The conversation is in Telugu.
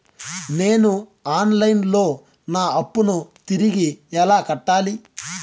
నేను ఆన్ లైను లో నా అప్పును తిరిగి ఎలా కట్టాలి?